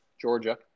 Georgia